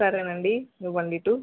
సరేనండి ఇవ్వండి ఇటు